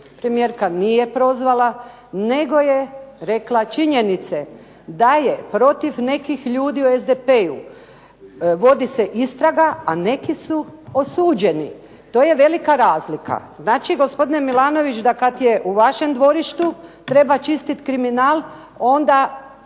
Premijerka nije prozvala nego je rekla činjenice, da protiv nekih ljudi u SDP-u vodi se istraga, a neki su osuđeni. To je velika razlika. Znači, gospodine Milanović, da kad u vašem dvorištu treba čistit kriminal onda